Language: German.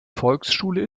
volksschule